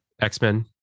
X-Men